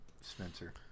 Spencer